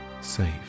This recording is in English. safe